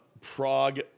Prague